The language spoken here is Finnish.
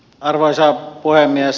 arvoisa puhemies